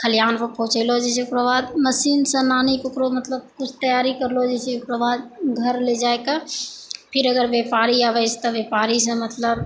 खलिहान पर पहुचौलो जाइ छै ओकरो बाद मशीन सऽ लानैके मतलब कुछ तैयारी करलो जाइ छै ओकरो बाद घर ले जाइ कऽ फिर अगर व्यापारी आबै तब व्यापारी सऽ मतलब